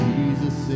Jesus